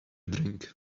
drink